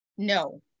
No